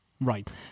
Right